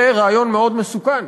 זה רעיון מאוד מסוכן,